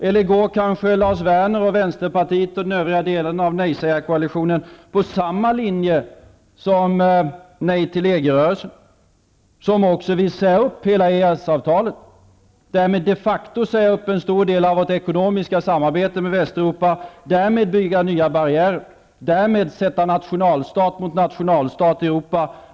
Eller går Lars Werner och Vänsterpartiet och den övriga delen av nejsägarkoalitionen på samma linje som Nej till EG-rörelsen, som också vill ge upp hela EES avtalet, därmed de facto ge upp en stor del av vårt ekonomiska samarbete med Västeuropa, därmed bygga nya barriärer och därmed sätta nationalstat mot nationalstat i Europa?